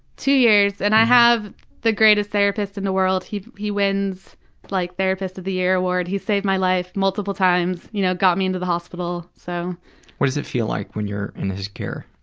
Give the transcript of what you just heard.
two years and i have the greatest therapist in the world, he he wins like therapist of the year award. he's saved my life multiple times. you know got me into the hospital. so what does it feel like when you're in his care?